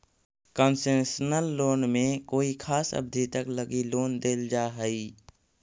concessional loan में कोई खास अवधि तक लगी लोन देल जा हइ